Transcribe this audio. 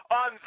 on